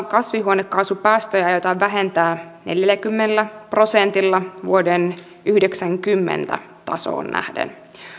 kasvihuonekaasupäästöjä aiotaan vähentää neljälläkymmenellä prosentilla vuoden yhdeksänkymmentä tasoon nähden